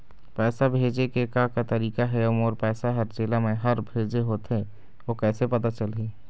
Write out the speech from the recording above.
पैसा भेजे के का का तरीका हे अऊ मोर पैसा हर जेला मैं हर भेजे होथे ओ कैसे पता चलही?